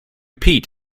peat